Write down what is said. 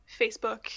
facebook